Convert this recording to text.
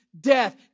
death